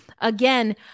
Again